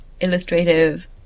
illustrative